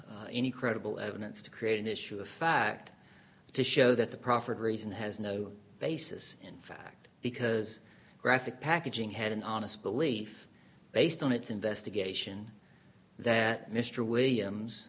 forth any credible evidence to create an issue of fact to show that the proffered reason has no basis in fact because graphic packaging had an honest belief based on its investigation that mr williams